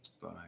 Fine